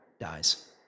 dies